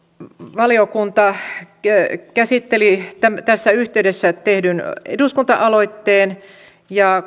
valiokunta käsitteli tässä yhteydessä tehdyn eduskunta aloitteen ja